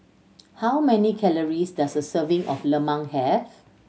how many calories does a serving of Lemang have